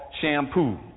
shampoo